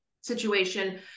situation